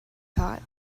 thought